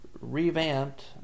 revamped